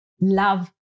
love